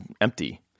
empty